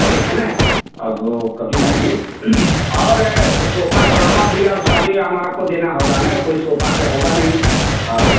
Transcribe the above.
ठीक है न अब वो कभी आइए और है ऊ सोफा के अलावा भी और शादी विवाह में आपको देना होगा न कोई सोफा तो होगा नहीं और